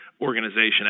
organization